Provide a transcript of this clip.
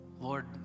Lord